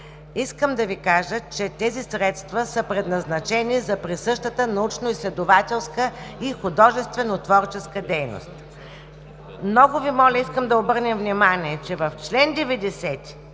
Искам да Ви кажа, че тези средства са предназначени за присъщата научноизследователска и художествено-творческа дейност. Много Ви моля, искам да обърнем внимание, че в чл. 90,